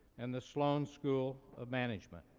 and the sloan school of management.